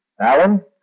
Alan